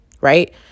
Right